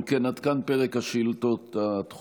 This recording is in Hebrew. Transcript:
אם כן, עד כאן פרק השאילתות הדחופות.